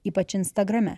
ypač instagrame